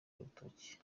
urutoki